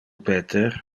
peter